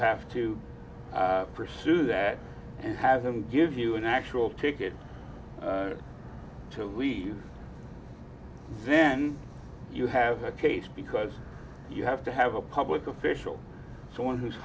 have to pursue that and have them give you an actual ticket to leave then you have a case because you have to have a public official someone who's